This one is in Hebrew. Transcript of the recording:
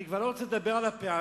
אני כבר לא רוצה לדבר על הפערים: